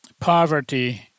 poverty